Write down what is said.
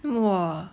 !wah!